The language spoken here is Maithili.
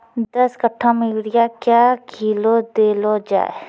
दस कट्ठा मे यूरिया क्या किलो देलो जाय?